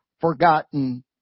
forgotten